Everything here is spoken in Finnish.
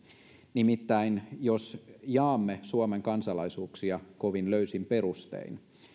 nimittäin jos jaamme suomen kansalaisuuksia kovin löysin perustein